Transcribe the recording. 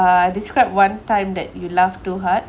uh describe one time that you laugh too hard